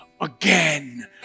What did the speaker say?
again